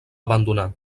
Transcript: abandonar